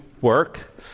work